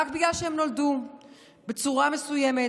רק בגלל שהם נולדו בצורה מסוימת,